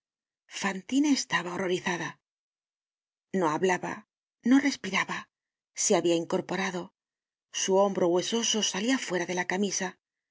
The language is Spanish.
fantina estaba horrorizada no hablaba no respiraba se habia incorporado su hombro huesoso salia fuera de la camisa